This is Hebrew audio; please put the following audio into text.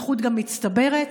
גם נכות מצטברת.